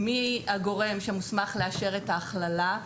מי הגורם שמוסמך לאשר את ההכללה,